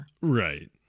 Right